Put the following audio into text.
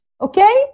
Okay